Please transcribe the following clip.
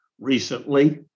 recently